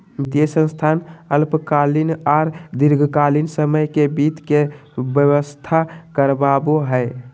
वित्तीय संस्थान अल्पकालीन आर दीर्घकालिन समय ले वित्त के व्यवस्था करवाबो हय